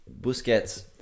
Busquets